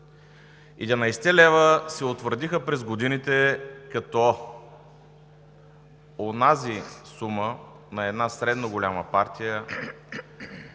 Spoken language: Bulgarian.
Единадесетте лева се утвърдиха през годините като онази сума на една средно голяма партия,